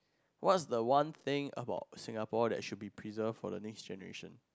what's the one thing about Singapore that should be preserved for the next generation